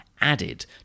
added